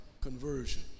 conversion